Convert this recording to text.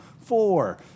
four